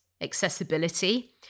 accessibility